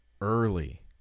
early